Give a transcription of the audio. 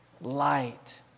light